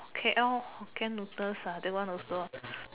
okay Hokkien noodles that one also